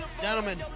Gentlemen